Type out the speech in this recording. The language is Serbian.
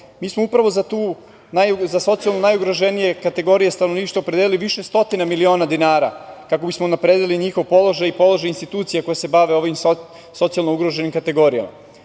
mi smo upravo za socijalno najugroženije kategorije stanovništva opredelili više stotina miliona dinara, kako bismo unapredili njihov položaj i položaj institucija koja se bave ovim socijalno ugroženim kategorijama. Takođe,